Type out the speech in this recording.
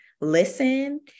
listen